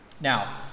Now